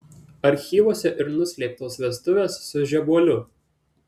archyvuose ir nuslėptos vestuvės su žebuoliu